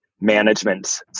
management